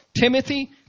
Timothy